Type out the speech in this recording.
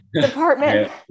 department